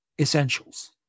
essentials